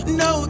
no